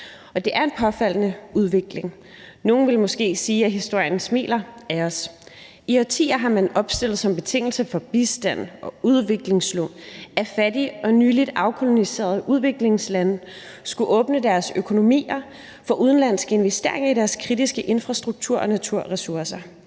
det er en påfaldende udvikling. Nogle ville måske sige, at historien smiler til os. I årtier har man opstillet som betingelse for bistand og udviklingslån, at fattige og nyligt afkoloniserede udviklingslande skulle åbne deres økonomier for udenlandske investeringer i deres kritiske infrastruktur og naturressourcer,